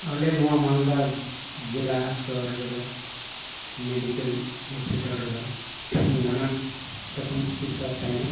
ᱟᱞᱮ ᱱᱚᱣᱟ ᱢᱟᱞᱫᱟ ᱡᱮᱞᱟ ᱥᱚᱦᱚᱨ ᱨᱮᱫᱚ ᱢᱮᱰᱤᱠᱮᱞ ᱦᱚᱥᱯᱤᱴᱟᱞ ᱨᱮᱫᱚ ᱱᱟᱱᱟᱱ ᱨᱚᱠᱚᱢ ᱪᱤᱠᱤᱛᱥᱟ ᱛᱟᱦᱮᱱᱟ